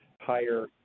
higher